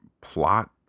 plot